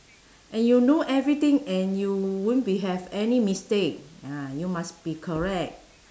and you know everything and you won't be have any mistake ah you must be correct